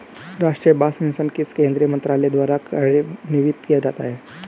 राष्ट्रीय बांस मिशन किस केंद्रीय मंत्रालय द्वारा कार्यान्वित किया जाता है?